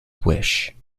wish